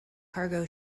cargo